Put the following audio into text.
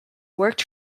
worked